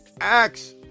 Axe